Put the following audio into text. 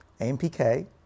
AMPK